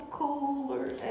Cooler